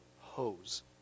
hose